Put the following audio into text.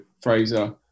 Fraser